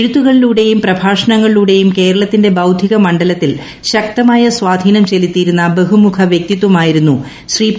എഴുത്തുകളിലൂടെയും പ്രഭാഷണങ്ങളിലൂടെയും കേരളത്തിന്റെ ബൌദ്ധിക മണ്ഡലത്തിൽ ശക്തമായ സ്വാധീനം ചെലുത്തിയിരുന്ന ബഹുമുഖ വ്യക്തിത്വമായിരുന്നു ശ്രീ പി